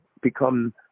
become